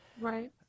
Right